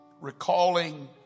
recalling